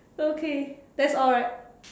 okay that's all right